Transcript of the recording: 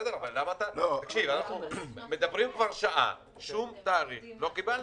אבל אנחנו מדברים כבר שעה, שום תאריך לא קיבלנו,